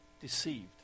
deceived